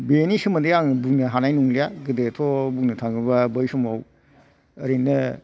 बेनि सोमोन्दै आं बुंनो हानाय नंलालिया गोदोथ' बुंनो थाङोब्ला बै समाव ओरैनो